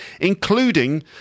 including